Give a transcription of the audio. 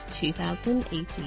2018